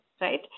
right